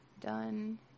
done